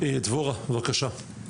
דבורה, בבקשה.